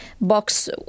box